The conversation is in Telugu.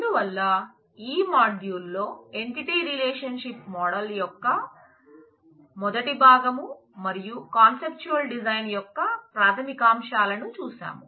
అందువల్ల ఈ మాడ్యూల్ లో ఎంటిటీ రిలేషన్ షిప్ మోడల్ యొక్క ప్రాథమికాంశాలను చూశాం